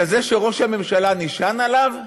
לכזה שראש הממשלה נשען עליו?